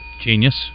genius